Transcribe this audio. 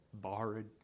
borrowed